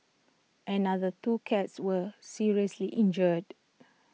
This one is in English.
another two cats were seriously injured